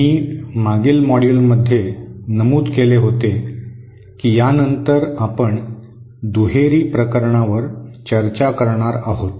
मी मागील मॉड्यूलमध्ये नमूद केले होते की यानंतर आपण दुहेरी प्रकरणावर चर्चा करणार आहोत